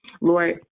lord